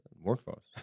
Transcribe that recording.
Workforce